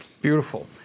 Beautiful